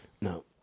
no